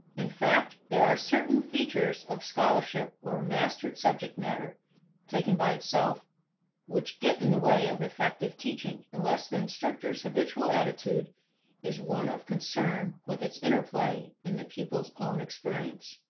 in fact, there are certain features of scholarship or mastered subject matter taken by itself which get in the way of effective teaching unless the instructor's habitual attitude is one of concern with its interplay in the pupil's own experience.